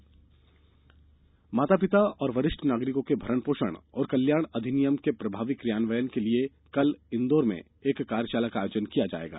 कार्यशाला माता पिता एवं वरिष्ठ नागरिकों के भरण पोषण और कल्याण अधिनियम के प्रभावी क्रियान्वयन के लिये कल इंदौर जिले में एक कार्यशाला का आयोजन किया जायेगा